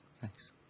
Thanks